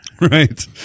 Right